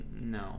No